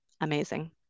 amazing